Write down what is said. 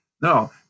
No